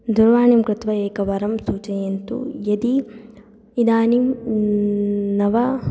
दूरवाणीं कृत्वा एकवारं सूचयन्तु यदि इदानीं न वा